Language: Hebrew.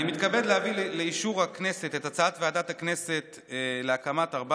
אני מתכבד להביא לאישור הכנסת את הצעת ועדת הכנסת להקמת ארבע